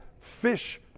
fish